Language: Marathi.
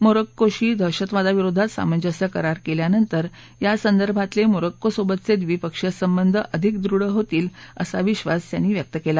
मोरक्कोशी दहशतवादाविरोधात सामंजस्य करार केल्यानंतर यासंदर्भातले मोरक्को सोबतचे द्विपक्षीय संबंध अधिक दृढ होतील असा विश्वास त्यांनी व्यक्त केला